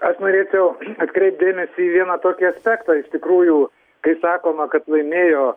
aš norėčiau atkreipt dėmesį į vieną tokį aspektą iš tikrųjų kai sakoma kad laimėjo